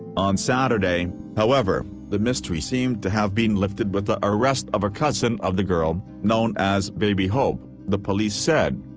on saturday, however, the mystery seemed to have been lifted with the arrest of a cousin of the girl, known as baby hope, the police said.